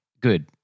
good